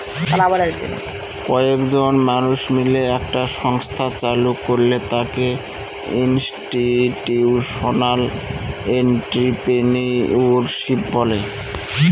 কয়েকজন মানুষ মিলে একটা সংস্থা চালু করলে তাকে ইনস্টিটিউশনাল এন্ট্রিপ্রেনিউরশিপ বলে